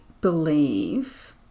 believe